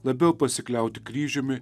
labiau pasikliauti kryžiumi